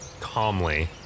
Calmly